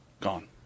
gone